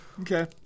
okay